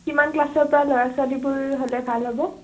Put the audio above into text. কিমান ক্লাছৰ পৰা ল'ৰা ছোৱালীবোৰ হ'লে ভাল হ'ব